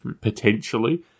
potentially